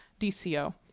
DCO